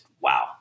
wow